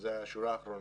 שזאת השורה האחרונה.